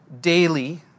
daily